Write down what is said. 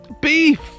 beef